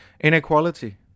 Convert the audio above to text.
Inequality